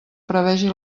prevegi